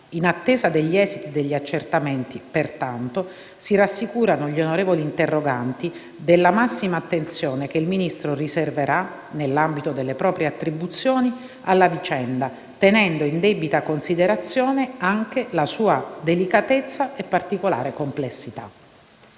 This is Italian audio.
In attesa degli esiti degli accertamenti, pertanto, si rassicurano gli onorevoli interroganti della massima attenzione che il Ministro riserverà, nell'ambito delle proprie attribuzioni, alla vicenda, tenendo in debita considerazione anche la sua delicatezza e particolare complessità.